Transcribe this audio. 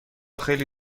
خیلی